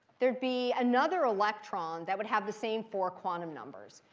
there'd be another electron that would have the same four quantum numbers.